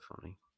funny